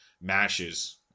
Mashes